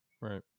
right